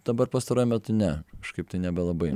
dabar pastaruoju metu ne kažkaip tai nebe labai